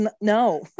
no